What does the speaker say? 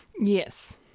yes